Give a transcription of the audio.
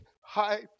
high